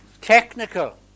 technical